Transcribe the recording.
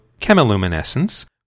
chemiluminescence